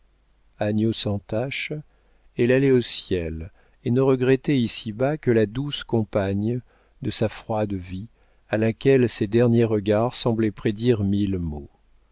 sans tache elle allait au ciel et ne regrettait ici-bas que la douce compagne de sa froide vie à laquelle ses derniers regards semblaient prédire mille maux